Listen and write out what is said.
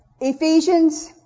Ephesians